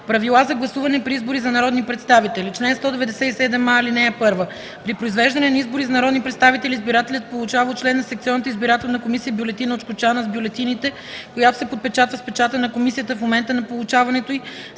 „Правила за гласуване при избори за народни представители Чл. 197а. (1) При произвеждане на избори за народни представители избирателят получава от член на секционната избирателна комисия бюлетина от кочана с бюлетините, която се подпечатва с печата на комисията в момента на получаването й,